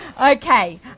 Okay